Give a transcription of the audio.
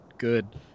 good